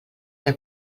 que